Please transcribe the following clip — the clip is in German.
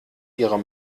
ihre